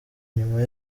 nyuma